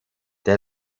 der